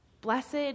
Blessed